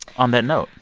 on that note?